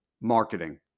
marketing